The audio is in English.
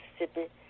Mississippi